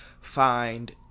find